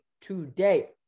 today